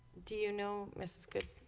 do you know mrs. good